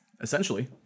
essentially